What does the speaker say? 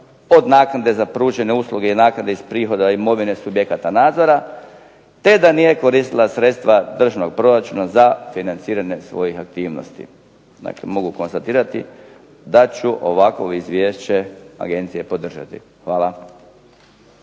od naknade za pružene usluge i naknade iz prihoda imovine subjekata nadzora te da nije koristila sredstva državnog proračuna za financiranje svojih aktivnosti. Dakle, mogu konstatirati da ću ovakovo izvješće agencije podržati. Hvala.